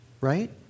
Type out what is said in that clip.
Right